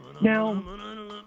Now